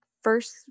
first